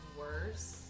worse